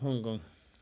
Hong Kong